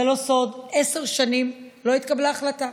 זה לא סוד, עשר שנים לא התקבלה החלטה.